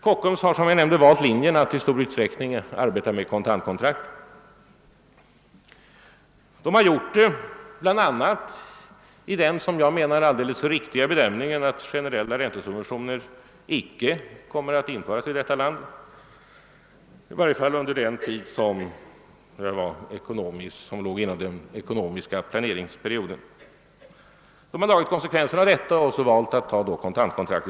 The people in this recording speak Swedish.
Kockums har som nämnts valt linjen att i stor :utsträckning arbeta med kontantkontrakt. Man har gjort det bl.:a. därför att man — enligt min mening alldeles riktigt — förutsätter att generella räntesubventioner icke kommer att införas i detta land, i varje fall inte under den tid. som ligger inom den ekonomiska + planeringsperioden. Man har dragit konsekvenserna av detta och valt att ta kontantkontrakt.